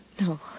No